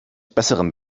besseren